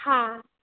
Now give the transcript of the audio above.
हॅं